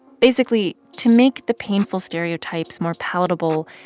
basically, to make the painful stereotypes more palatable,